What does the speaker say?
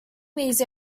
these